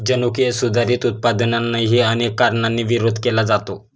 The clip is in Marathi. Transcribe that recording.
जनुकीय सुधारित उत्पादनांनाही अनेक कारणांनी विरोध केला जातो